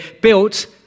built